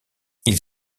ils